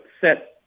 set